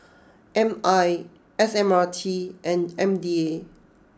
M I S M R T and M D A